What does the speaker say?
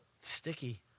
Sticky